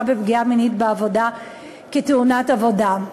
בפגיעה מינית בעבודה כתאונת עבודה.